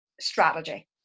strategy